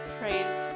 praise